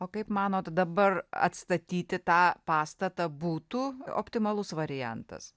o kaip manot dabar atstatyti tą pastatą būtų optimalus variantas